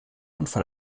unfall